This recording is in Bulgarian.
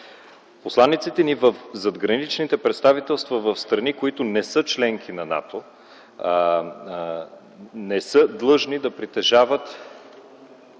Посланиците ни в задграничните представителства в страни, които не са членки на НАТО, не са длъжни да притежават